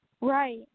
Right